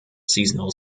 seasonal